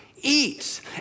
eats